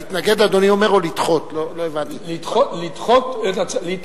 להתנגד, אדוני אומר, או לדחות?